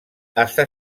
està